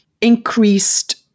increased